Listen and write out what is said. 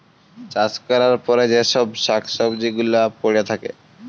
চাষ ক্যরার পরে যে চ্ছব শাক সবজি গুলা পরে থাক্যে